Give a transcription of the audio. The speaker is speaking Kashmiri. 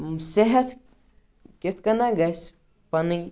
صحت کِتھ کٔنۍ گَژھِ پَنٕنۍ